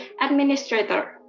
administrator